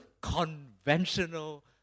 conventional